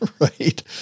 Right